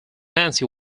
nancy